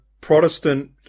Protestant